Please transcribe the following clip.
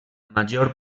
major